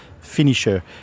finisher